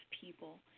people